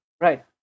Right